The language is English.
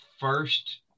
first